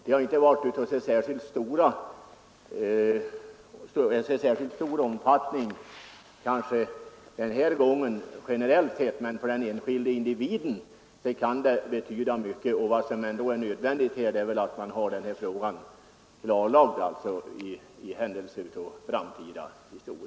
De har inte haft särskilt stor omfattning generellt sett, men för den enskilde individen kan det betyda mycket. Det är ändå nödvändigt att den här frågan klarläggs i händelse av framtida olyckor.